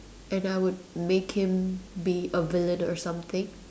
and I would make him be a villain or something